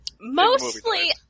Mostly